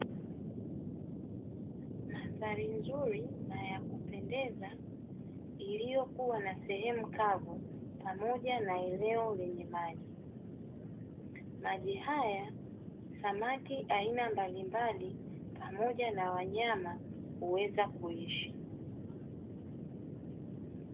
Mandhari nzuri na ya kupendeza, iliyokuwa na sehemu kavu pamoja na eneo lenye maji. Maji haya, samaki aina mbalimbali pamoja na wanyama huweza kuishi.